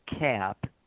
cap